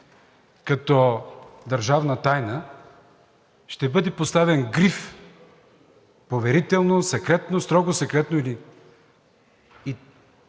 като държавна тайна, ще бъде поставен гриф „Поверително“, „Секретно“, „Строго секретно“ и